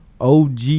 OG